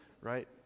right